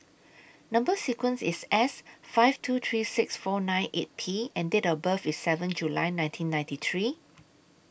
Number sequence IS S five two three six four nine eight P and Date of birth IS seven July nineteen ninety three